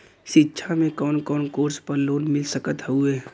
शिक्षा मे कवन कवन कोर्स पर लोन मिल सकत हउवे?